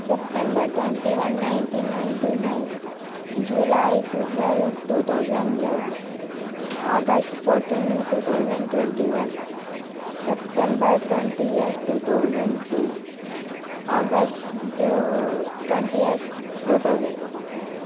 September twenty one nineteen ninety nine July twelve two thousand eight August fourteen two thousand twenty one September twenty eight two thousand two August twenty eight two thousand